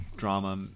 drama